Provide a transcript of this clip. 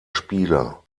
spieler